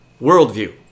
worldview